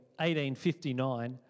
1859